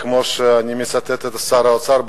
כמו שאני מצטט את שר האוצר בזמנו: